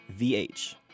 VH